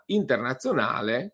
internazionale